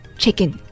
Chicken